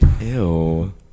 Ew